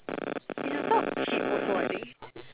and I thought cheap also I think